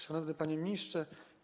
Szanowny Panie Ministrze!